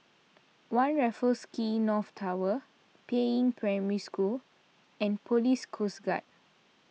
one Raffles Quay North Tower Peiying Primary School and Police Coast Guard